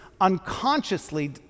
unconsciously